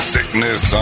Sickness